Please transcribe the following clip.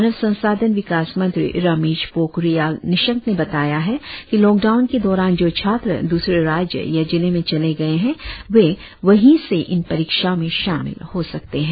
मानव संसाधन विकास मंत्री रमेश पोखरियाल निशंक ने बताया है कि लॉकडाउन के दौरान जो छात्र दूसरे राज्य या जिले में चले गए हैं वे वहीं से इन परीक्षाओं में शामिल हो सकते हैं